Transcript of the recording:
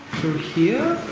through here?